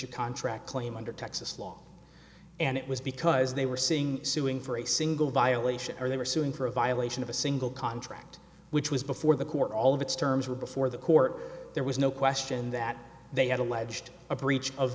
of contract claim under texas law and it was because they were seeing suing for a single violation or they were suing for a violation of a single contract which was before the court all of its terms were before the court there was no question that they had alleged a breach of